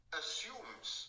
assumes